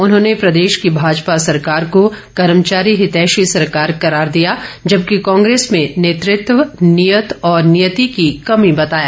उन्होंने प्रदेश की भाजपा सरकार को कर्मचारी हितैषी सरकार करार दिया जबकि कांग्रेस में नेतृत्व नीयत और नियती की कमी बताया